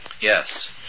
Yes